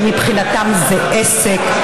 שמבחינתם זה עסק,